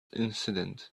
incident